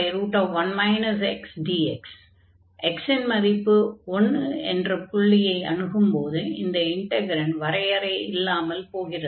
x இன் மதிப்பு 1 என்ற புள்ளியை அணுகும் போது இந்த இன்டக்ரன்ட் வரையறை இல்லாமல் போகிறது